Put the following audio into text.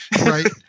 Right